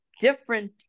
different